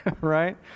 Right